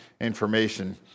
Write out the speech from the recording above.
information